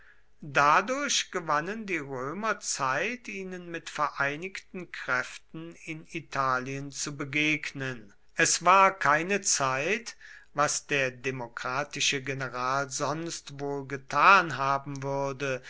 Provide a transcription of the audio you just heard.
dadurch gewannen die römer zeit ihnen mit vereinigten kräften in italien zu begegnen es war keine zeit was der demokratische general sonst wohl getan haben würde